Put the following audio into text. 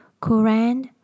Qur'an